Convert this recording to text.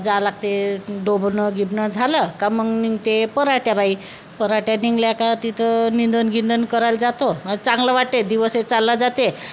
जा लागते डोबणं गिबणं झालं का मग निघते पराठ्या बाई पराठ्या निघाल्या का तिथं निंदन गिंदन करायला जातो चांगलं वाटते दिवस हे चालला जाते